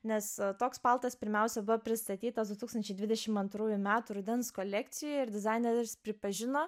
nes toks paltas pirmiausia buvo pristatytas du tūkstančiai dvidešim antrųjų metų rudens kolekcijoj ir dizaineris pripažino